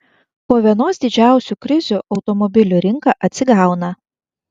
po vienos didžiausių krizių automobilių rinka atsigauna